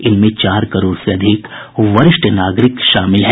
इनमें चार करोड़ से अधिक वरिष्ठ नागरिक शामिल हैं